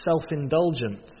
self-indulgent